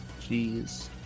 Jeez